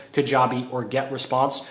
kajabi or get response,